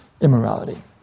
immorality